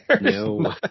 No